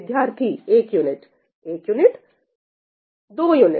विद्यार्थी एक यूनिट एक यूनिट दो यूनिट